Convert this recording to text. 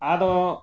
ᱟᱫᱚ